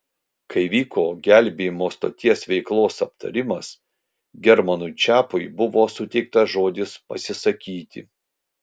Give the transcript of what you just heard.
kai vyko gelbėjimo stoties veiklos aptarimas germanui čepui buvo suteiktas žodis pasisakyti